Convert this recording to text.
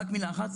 רק מילה אחת,